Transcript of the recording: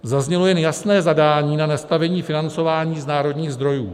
Zaznělo jen jasné zadání na nastavení financování z národních zdrojů.